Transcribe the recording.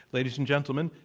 ladies and gentlemen,